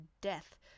death